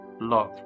love